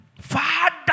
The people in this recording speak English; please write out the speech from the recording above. Father